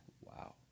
Wow